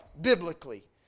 biblically